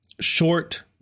short